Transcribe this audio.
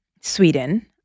Sweden